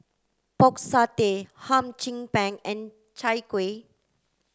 pork satay Hum Chim Peng and Chai Kuih